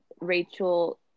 Rachel